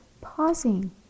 pausing